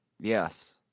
Yes